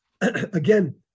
Again